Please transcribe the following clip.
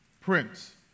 Prince